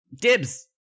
Dibs